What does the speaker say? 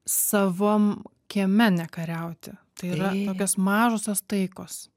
savam kieme nekariauti tai yra tokios mažosios taikos